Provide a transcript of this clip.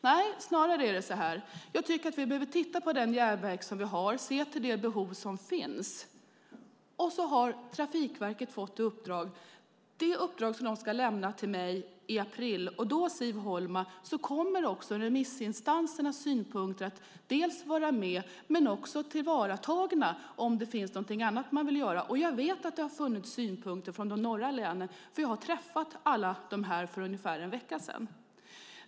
Nej, det är snarare så här: Vi behöver titta på den järnväg vi har och se till de behov som finns. Och Trafikverket har fått ett uppdrag som de ska redovisa till mig i april. Och då, Siv Holma, kommer remissinstansernas synpunkter att vara med och att tillvaratas om det är någonting annat man vill göra. Jag vet att det har funnits synpunkter från länen i norr. Vi träffade alla för ungefär en vecka sedan.